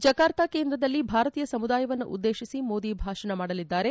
Jakarta ಕೇಂದ್ರದಲ್ಲಿ ಭಾರತೀಯ ಸಮುದಾಯವನ್ನು ಉದ್ಲೇಶಿಸಿ ಮೋದಿ ಭಾಷಣ ಮಾಡಲಿದ್ದಾರೆ